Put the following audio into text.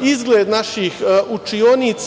izgled naših učionica